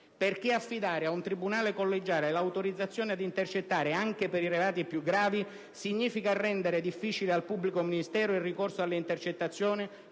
Perché affidare a un tribunale collegiale l'autorizzazione ad intercettare anche per i reati più gravi significa rendere difficile al pubblico ministero il ricorso alle intercettazioni